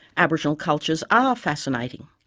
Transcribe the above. aboriginal cultures are fascinating,